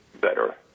better